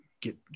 get